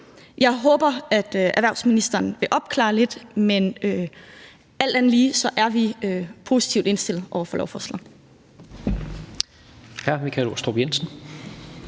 Jeg håber, at erhvervsministeren vil opklare det lidt. Men alt andet lige er vi positivt indstillet over for lovforslaget.